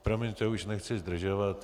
Promiňte, už nechci zdržovat.